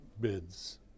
bids